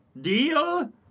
Deal